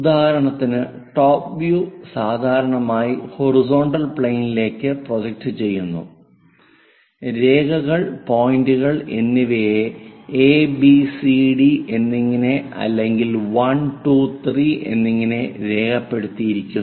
ഉദാഹരണത്തിന് top view സാധാരണയായി horizontal പ്ലെയിനിലേക്ക് പ്രൊജക്റ്റുചെയ്യുന്നു രേഖകൾ പോയിന്റുകൾ എന്നിവയെ a b c d എന്നിങ്ങനെ അല്ലെങ്കിൽ 1 2 3 എന്നിങ്ങനെ രേഖപ്പെടുത്തിയിരിക്കുന്നു